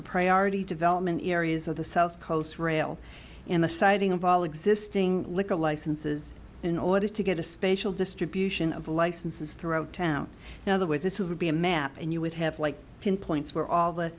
the priority development areas of the south coast rail and the siting of all of this thing liquor licenses in order to get a spatial distribution of licenses throw town now there was this would be a map and you would have like pinpoints where all the